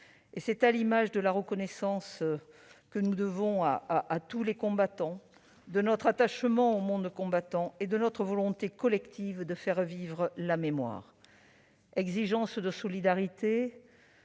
C'est à l'image de notre reconnaissance pour tous les combattants, de notre attachement au monde combattant et de notre volonté collective de faire vivre la mémoire. Exigence de la solidarité,